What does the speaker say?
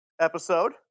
episode